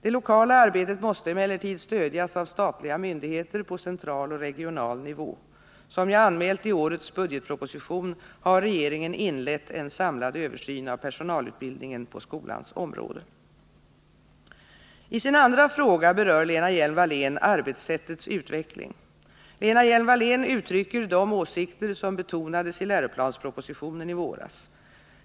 Det lokala arbetet måste emellertid stödjas av statliga myndigheter på central och regional nivå. Som jag anmält i årets budgetproposition har regeringen inlett en samlad översyn av personalutbildningen på skolans område. I sin andra fråga berör Lena Hjelm-Wallén arbetssättets utveckling, Lena Hjelm-Wallén uttrycker de åsikter som betonades i läroplanspropositionen i våras.